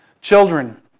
Children